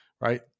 right